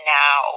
now